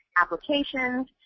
applications